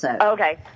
Okay